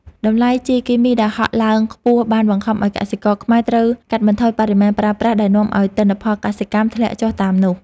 តម្លៃជីគីមីដែលហក់ឡើងខ្ពស់បានបង្ខំឱ្យកសិករខ្មែរត្រូវកាត់បន្ថយបរិមាណប្រើប្រាស់ដែលនាំឱ្យទិន្នផលកសិកម្មធ្លាក់ចុះតាមនោះ។